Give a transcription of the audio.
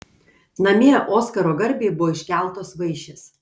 namie oskaro garbei buvo iškeltos vaišės